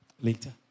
Later